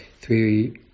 three